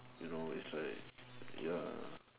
you know it's like ya